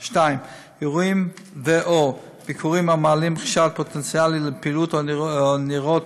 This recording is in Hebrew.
2. אירועים או ביקורים המעלים חשד פוטנציאלי לפעילות או נראות